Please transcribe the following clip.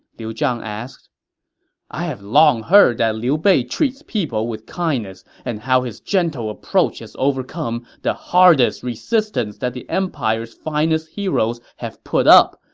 liu zhang asked i have long heard that liu bei treats people with kindness and how his gentle approach has overcome the hardest resistance that the empire's finest heroes have put up,